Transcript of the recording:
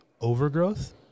overgrowth